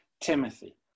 Timothy